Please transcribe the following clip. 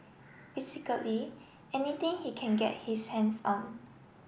basically anything he can get his hands on